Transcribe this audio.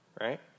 right